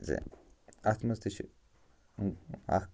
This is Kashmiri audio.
زِ اَتھ منٛز تہِ چھِ اَکھ